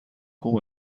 خوب